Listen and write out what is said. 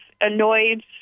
annoyed